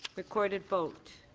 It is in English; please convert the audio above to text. recorded vote.